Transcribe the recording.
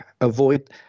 avoid